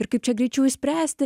ir kaip čia greičiau išspręsti